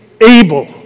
able